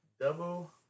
Double